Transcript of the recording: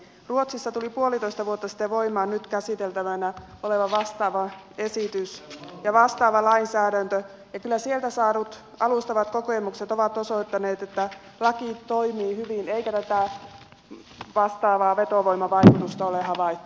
ruotsissa tuli puolitoista vuotta sitten voimaan nyt käsiteltävänä olevaa vastaava esitys ja vastaava lainsäädäntö ja kyllä sieltä saadut alustavat kokemukset ovat osoittaneet että laki toimii hyvin eikä tätä vastaavaa vetovoimavaikutusta ole havaittu